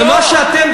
ומה שאתם,